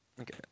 Okay